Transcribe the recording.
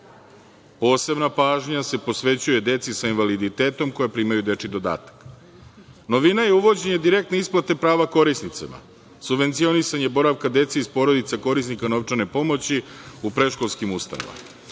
Posebna pažnja se posvećuje deci sa invaliditetom koja primaju dečiji dodatak. Novina je uvođenje direktne isplate prava korisnicima. Subvencionisanje boravka dece iz porodica korisnika novčane pomoći u predškolskim ustanovama. Novim